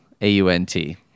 a-u-n-t